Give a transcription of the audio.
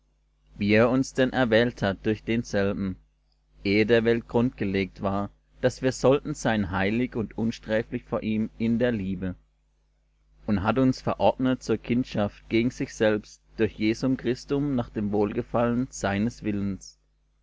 wie er uns denn erwählt hat durch denselben ehe der welt grund gelegt war daß wir sollten sein heilig und unsträflich vor ihm in der liebe und hat uns verordnet zur kindschaft gegen sich selbst durch jesum christum nach dem wohlgefallen seines willens